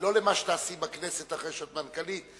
לא ממה שתעשי בכנסת אחרי שאת מנכ"לית,